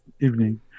evening